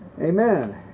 Amen